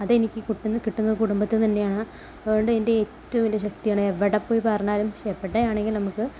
അതെനിക്ക് കിട്ടുന്നത് കുടുംബത്തിൽ നിന്നു തന്നെയാണ് അതുകൊണ്ട് എൻ്റെ ഏറ്റവും വലിയ ശക്തിയാണ് എവിടെപ്പോയി പറഞ്ഞാലും എവിടെയാണെങ്കിലും നമുക്ക്